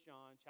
John